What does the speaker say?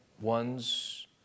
ones